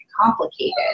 complicated